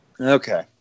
okay